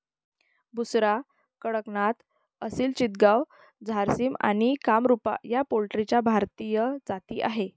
बुसरा, कडकनाथ, असिल चितगाव, झारसिम आणि कामरूपा या पोल्ट्रीच्या भारतीय जाती आहेत